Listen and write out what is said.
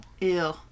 Ew